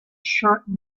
short